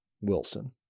Wilson